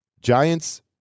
Giants